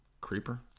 creeper